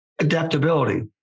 Adaptability